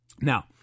Now